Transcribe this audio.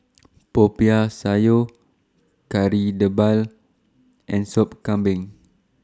Popiah Sayur Kari Debal and Soup Kambing